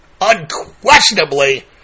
unquestionably